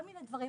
כל מיני דברים.